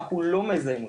אנחנו לא מזהים אותם,